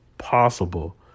possible